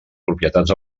propietats